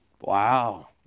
Wow